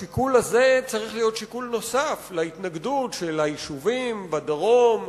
השיקול הזה צריך להיות שיקול נוסף להתנגדות של היישובים בדרום,